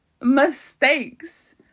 mistakes